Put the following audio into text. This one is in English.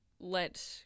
let